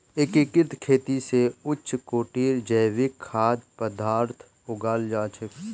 एकीकृत खेती स उच्च कोटिर जैविक खाद्य पद्दार्थ उगाल जा छेक